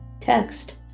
text